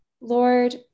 Lord